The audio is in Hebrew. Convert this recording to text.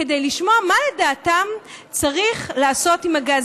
כדי לשמוע מה לדעתם צריך לעשות עם הגז.